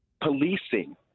policing